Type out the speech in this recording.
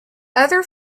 other